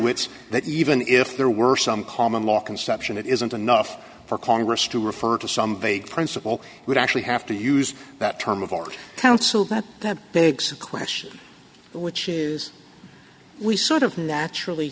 which that even if there were some common law conception it isn't enough for congress to refer to some vague principle would actually have to use that term of art council that begs the question which is we sort of naturally